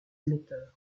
émetteurs